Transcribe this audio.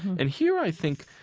and here i think,